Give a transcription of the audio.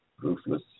Ruthless